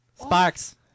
Sparks